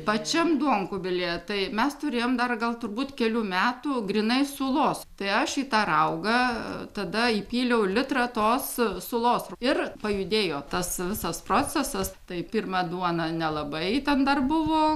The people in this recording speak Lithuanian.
pačiam duonkubilyje tai mes turėjom dar gal turbūt kelių metų grynai sulos tai aš į tą raugą tada įpyliau litrą tos sulos ir pajudėjo tas visas procesas tai pirma duona nelabai ten dar buvo